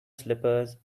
slippers